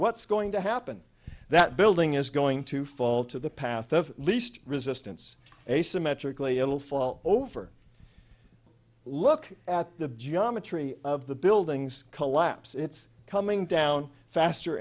what's going to happen that building is going to fall to the path of least resistance asymmetrically it'll fall over look at the geometry of the buildings collapse it's coming down faster